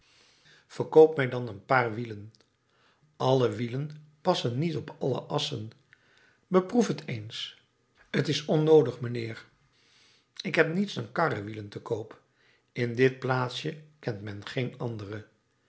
verkoop mij dan een paar wielen alle wielen passen niet op alle assen beproef het eens t is onnoodig mijnheer ik heb niets dan karwielen te koop in dit plaatsje kent men geen andere